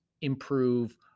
improve